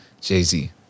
Jay-Z